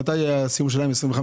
מתי יהיה הסיום שלהם ב-2025?